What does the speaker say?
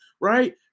Right